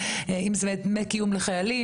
אם זה דמי קיום לחיילים,